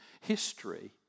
history